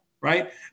right